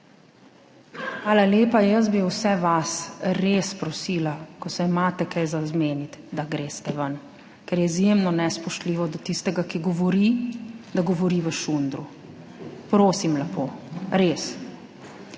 Hvala lepa. Jaz bi vse vas res prosila, ko se imate kaj zmeniti, da greste ven, ker je izjemno nespoštljivo do tistega, ki govori, da govori v šundru. Prosim lepo. Res.